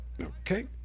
okay